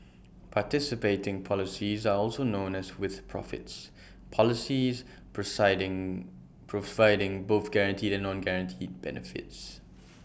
participating policies are also known as 'with profits' policies providing both guaranteed and non guaranteed benefits